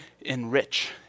enrich